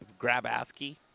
Grabowski